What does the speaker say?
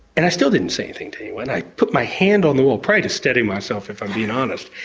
and i still didn't say anything to anyone, i put my hand on the wall probably to steadying myself, if i'm being honest,